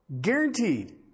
Guaranteed